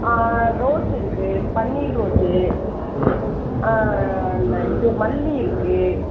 rose இருக்குது பன்னீர் rose ந இது மல்லி இருக்குது